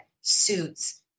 suits